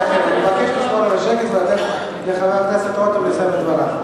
מבקש לשמור על השקט ולתת לחבר הכנסת רותם לסיים את דבריו.